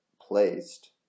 placed